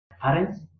parents